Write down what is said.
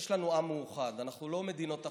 יש לנו עם מאוחד, אנחנו לא מדינות אחרות.